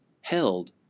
held